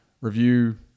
review